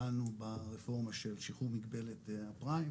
פעלנו ברפורמה של שיקום מגבלת הפריים,